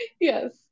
yes